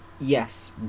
Yes